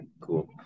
Cool